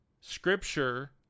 scripture